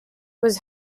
was